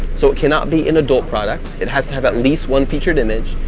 so it cannot be an adult product. it has to have at least one featured image,